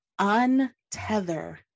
untether